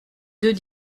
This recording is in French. deux